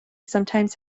sometimes